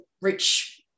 rich